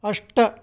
अष्ट